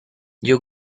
you